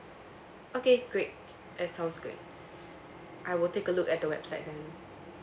okay great that sounds good I will take a look at the website then